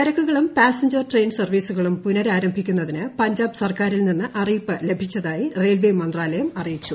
ചരക്കുകളും passenger train സർവീസുകളും പുനരാരംഭിക്കുന്നതിന് പഞ്ചാബ് സർക്കാരിൽ നിന്ന് അറിയിപ്പ് ലഭിച്ചതായി റെയിൽവേ മന്ത്രാലയം അറിയിച്ചു